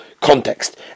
context